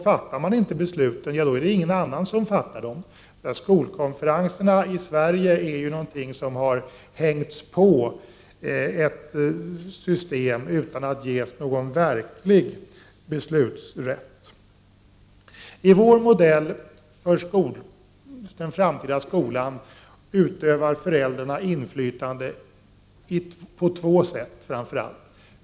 Fattar inte den lokala skolstyrelsen besluten är det ingen annan som gör det heller. Skolkonferenserna i Sverige är någonting som har hängts på ett befintligt system, utan att ges någon verklig beslutanderätt. I vår modell för den framtida skolan utövar föräldrarna inflytande på framför allt två sätt.